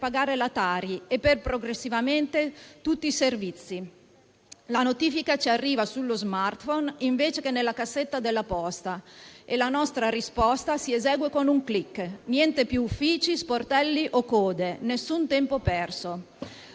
pagare la Tari e progressivamente per tutti i servizi. La notifica ci arriva sullo *smartphone* invece che nella cassetta della posta e la nostra risposta si esegue con un clic. Niente più uffici, sportelli o code, nessun tempo perso.